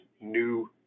new